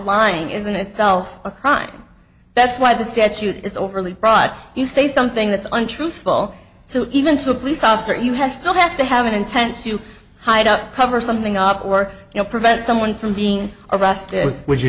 lying is in itself a crime that's why the statute it's overly broad you say something that's untruthful so even to a police officer you have still have to have an intense you hide out cover something up work you know prevent someone from being arrested would you